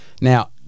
now